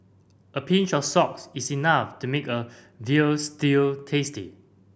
a pinch of salts is enough to make a veal stew tasty